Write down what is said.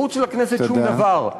מחוץ לכנסת שום דבר.